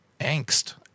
angst